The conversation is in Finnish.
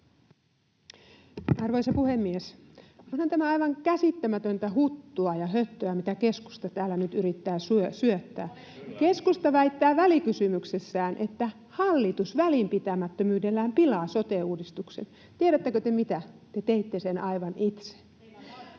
Arvoisa puhemies! Onhan tämä aivan käsittämätöntä huttua ja höttöä, mitä keskusta täällä nyt yrittää syöttää. Keskusta väittää välikysymyksessään, että hallitus välinpitämättömyydellään pilaa sote-uudistuksen. Tiedättekö te mitä? Te teitte sen aivan itse.